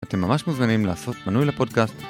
אתם ממש מוזמנים לעשות מנוי לפודקאסט